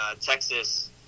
Texas